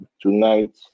Tonight